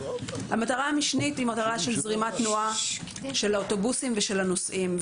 המטרה המשנית היא זרימת תנועה של האוטובוסים ושל הנוסעים.